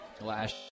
last